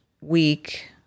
week